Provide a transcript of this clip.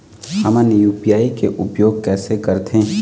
हमन यू.पी.आई के उपयोग कैसे करथें?